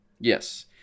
Yes